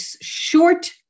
short